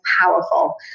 powerful